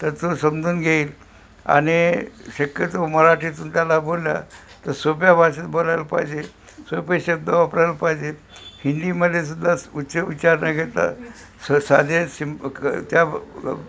तर तो समजून घेईल आणि शक्यतो मराठीतून त्याला बोला तर सोप्या भाषेत बोलायला पाहिजे सोपे शब्द वापरायला पाहिजे हिंदीमध्ये सुद्धा उच् उच्चारणा घेता स साधे सिम क त्या